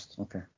okay